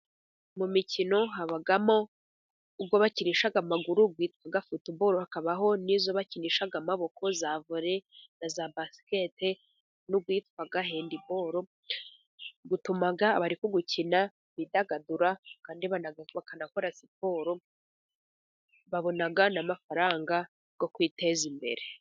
Mu mikino habamo uwo bakinisha amaguru witwa futuboru, hakabaho n'izo bakinisha amaboko za vore na za basiketi boru, n'uwitwa handiboru. bituma abari kuwukina bidagadura kandi bakanakora siporo, babona n'amafaranga yo kwiteza imbere.